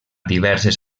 diverses